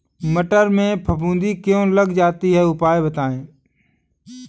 मटर में फफूंदी क्यो लग जाती है उपाय बताएं?